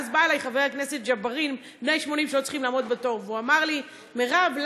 ואז בא אלי חבר הכנסת ג'בארין ואמר לי: מירב,